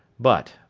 but,